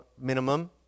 minimum